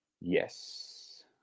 Yes